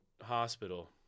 hospital